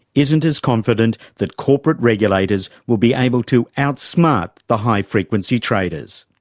isn't as confident that corporate regulators will be able to outsmart the high-frequency traders.